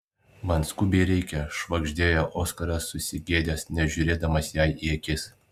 man skubiai reikia švagždėjo oskaras susigėdęs nežiūrėdamas jai į akis